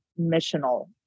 missional